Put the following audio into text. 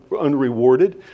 unrewarded